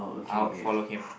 I would follow him